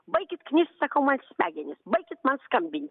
baikit knist sakau man smegenis baikit man skambint